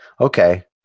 Okay